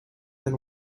than